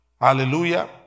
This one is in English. Hallelujah